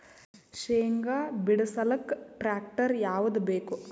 ಶೇಂಗಾ ಬಿಡಸಲಕ್ಕ ಟ್ಟ್ರ್ಯಾಕ್ಟರ್ ಯಾವದ ಬೇಕು?